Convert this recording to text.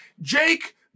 Jake